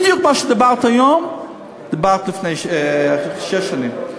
בדיוק מה שאמרת היום אמרת לפני שש שנים.